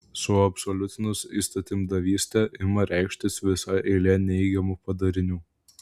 suabsoliutinus įstatymdavystę ima reikštis visa eilė neigiamų padarinių